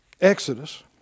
Exodus